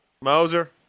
Moser